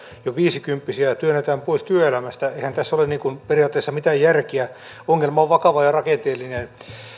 jo viisikymppisiä työnnetään pois työelämästä eihän tässä ole periaatteessa mitään järkeä ongelma on vakava ja rakenteellinen